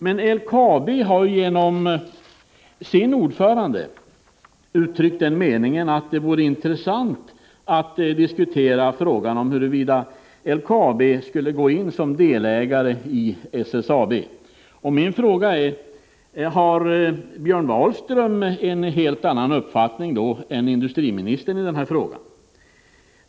Men LKAB har ju genom sin ordförande uttryckt den meningen att det vore intressant att diskutera frågan om huruvida LKAB skulle gå in som delägare i SSAB. Min fråga är: Har Björn Wahlström en helt annan uppfattning än industriministern i den här frågan?